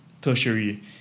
tertiary